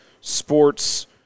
sports